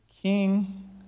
king